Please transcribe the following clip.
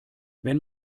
wenn